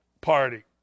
party